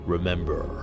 Remember